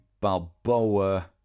Balboa